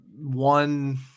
One